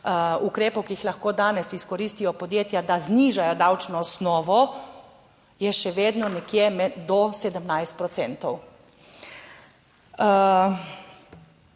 ukrepov, ki jih lahko danes izkoristijo podjetja, da znižajo davčno osnovo je še vedno nekje do 17 %.